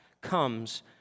comes